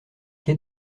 quai